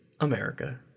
America